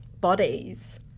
bodies